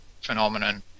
Phenomenon